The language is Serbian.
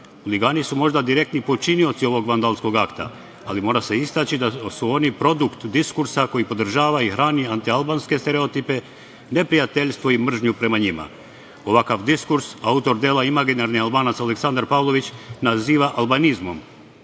Huligani su možda direktni počinioci ovog vandalskog akta, ali mora se istaći da su oni produkt diskursa koji podržava i hrani antialbanske stereotipe, neprijateljstvo i mržnju prema njima. Ovakav diskurs autor dela "Imaginarni Albanac" Aleksandar Pavlović naziva albanizmom,